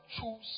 choose